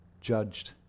judged